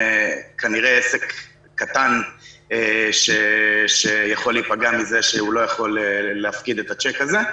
כנראה עסק קטן שיכול להיפגע מזה שהוא לא יכול להפקיד את הצ'ק הזה.